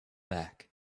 back